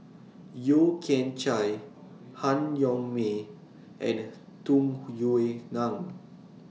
Yeo Kian Chye Han Yong May and Tung Yue Nang